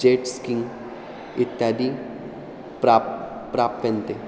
jets skiing इत्यादि प्राप् प्राप्यन्ते